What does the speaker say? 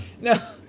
No